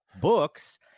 books